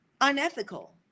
unethical